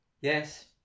Yes